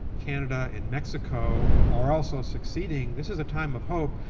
canada and mexico, are also succeeding, this is a time of hope.